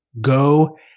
Go